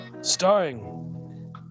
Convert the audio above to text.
Starring